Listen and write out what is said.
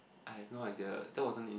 I have no idea that wasn't in